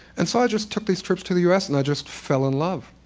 and so i just took these trips to the us and i just fell in love,